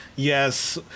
Yes